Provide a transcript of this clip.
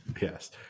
Yes